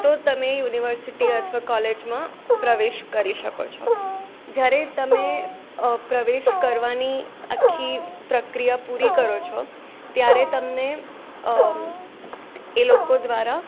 તો તમે યુનિવર્સિટી અથવા કોલેજમાં પ્રવેશ કરી શકો છો જ્યારે તમે પ્રવેશ કરવાની આખી પ્રક્રિયા પૂરી કરો છો ત્યારે તમને એ લોકો દ્વારા